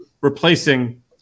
replacing